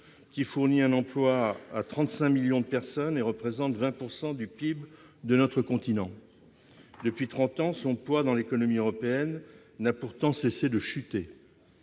Elle fournit un emploi à 35 millions de personnes et représente 20 % du PIB de notre continent. Depuis trente ans, son poids dans l'économie européenne n'a pourtant cessé de chuter.